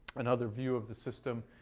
another view of the system.